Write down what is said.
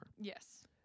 yes